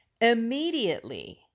Immediately